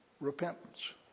Repentance